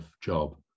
job